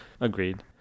agreed